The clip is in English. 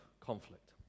conflict